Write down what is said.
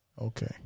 Okay